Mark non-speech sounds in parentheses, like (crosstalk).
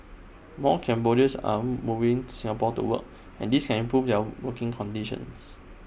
more (noise) Cambodians are moving (noise) Singapore to work and this can improve their working conditions